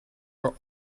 are